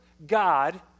God